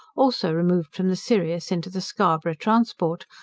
also removed from the sirius into the scarborough transport,